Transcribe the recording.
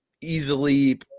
easily